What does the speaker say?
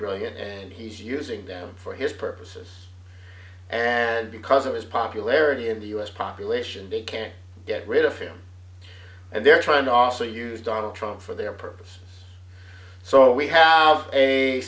brilliant and he's using them for his purposes and because of his popularity in the u s population they can't get rid of him and they're trying to also use donald trump for their purpose so we have a